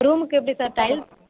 ரூமுக்கு எப்படி sir tail